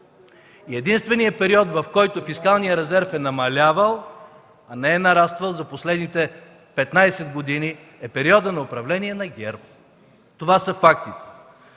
и единственият период, в който фискалният резерв е намалявал, а не е нараствал за последните 15 години, е периодът на управление на ГЕРБ. Това са фактите.